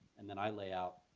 and then i lay out,